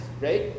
right